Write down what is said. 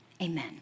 Amen